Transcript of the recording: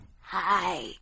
Hi